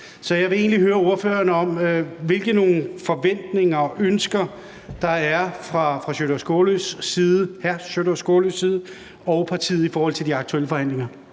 Så jeg vil egentlig høre ordføreren, hvilke forventninger og ønsker der er fra hr. Sjúrður Skaales side og fra partiet i forhold til de aktuelle forhandlinger.